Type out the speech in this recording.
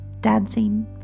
dancing